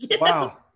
Wow